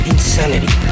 Insanity